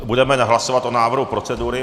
Budeme hlasovat o návrhu procedury.